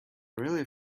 really